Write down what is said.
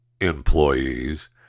employees